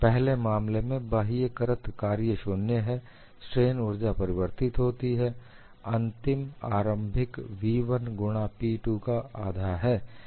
पहले मामले में बाह्य कृत कार्य शून्य है स्ट्रेन ऊर्जा परिवर्तित होती है अंतिम आरम्भिक v1 गुणा P2 का ½ है